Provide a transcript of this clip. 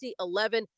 2011